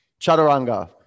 Chaturanga